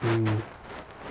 mm